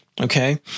Okay